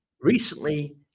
Recently